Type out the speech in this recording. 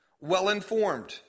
Well-informed